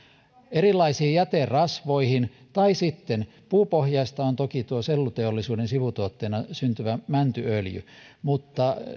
erilaisiin jäterasvoihin tai sitten puupohjaista on toki selluteollisuuden sivutuotteena syntyvä mäntyöljy mutta